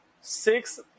six